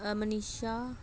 Manisha